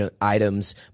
items